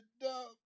dumb